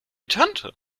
tante